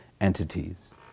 entities